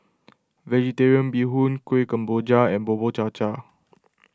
Vegetarian Bee Hoon Kueh Kemboja and Bubur Cha Cha